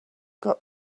got